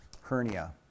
hernia